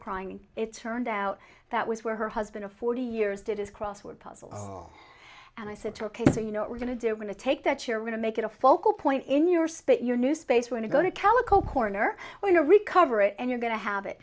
crying it turned out that was where her husband of forty years did his crossword puzzles and i said ok so you know we're going to do when to take that you're going to make it a focal point in your spit your new space when you go to calico corner when to recover it and you're going to have it